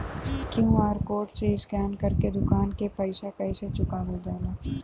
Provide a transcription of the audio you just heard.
QR code से scan कर के दुकान के पैसा कैसे चुकावल जाला?